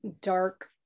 dark